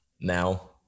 Now